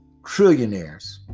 trillionaires